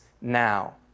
now